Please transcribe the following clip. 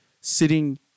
sitting